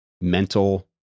mental